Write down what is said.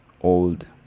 old